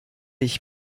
ich